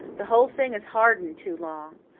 the whole thing has hardened too long.